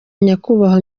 nyakubahwa